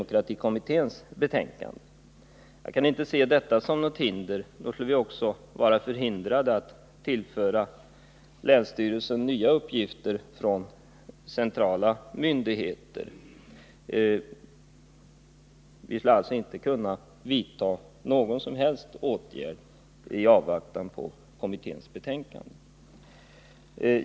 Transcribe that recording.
Jag kan inte se 25 den utredningen som något hinder för att genomföra förändringar. Då skulle vi också vara förhindrade att tillföra länsstyrelsen nya uppgifter från centrala myndigheter. Vi skulle alltså inte kunna vidta någon som helst åtgärd i avvaktan på kommitténs betänkande.